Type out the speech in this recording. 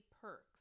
perks